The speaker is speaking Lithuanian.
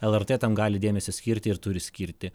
lrt tam gali dėmesį skirti ir turi skirti